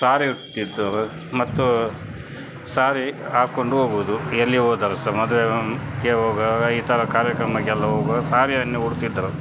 ಸಾರಿ ಉಡ್ತಿದ್ದರು ಮತ್ತು ಸಾರಿ ಹಾಕ್ಕೊಂಡು ಹೋಗುವುದು ಎಲ್ಲಿ ಹೋದರೂ ಸಹ ಮದುವೆಗೆ ಹೋಗುವಾಗ ಈ ಥರ ಕಾರ್ಯಕ್ರಮಕ್ಕೆಲ್ಲ ಹೋಗ್ವಾಗ ಸಾರಿಯನ್ನೇ ಉಡ್ತಿದ್ದರು